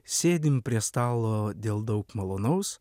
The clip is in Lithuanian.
sėdim prie stalo dėl daug malonaus